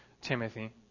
Timothy